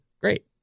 great